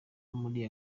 muri